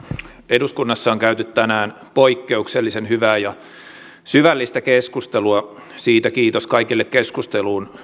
eduskunnassa on käyty tänään poikkeuksellisen hyvää ja syvällistä keskustelua siitä kiitos kaikille keskusteluun